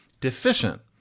deficient